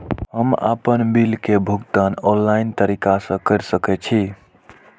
हम आपन बिल के भुगतान ऑनलाइन तरीका से कर सके छी?